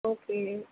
okay